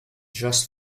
just